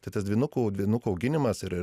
tai tas dvynukų dvynukų auginimas ir